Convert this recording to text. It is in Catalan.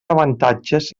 avantatges